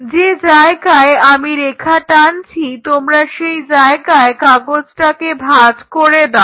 যেই জায়গায় আমি রেখা টানছি তোমরা সেই জায়গায় কাগজটাকে ভাঁজ করে দাও